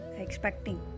expecting